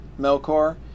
Melkor